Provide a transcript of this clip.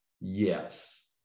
Yes